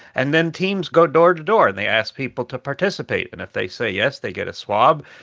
and then, teams go door to door and they ask people to participate. and if they say, yes, they get a swab.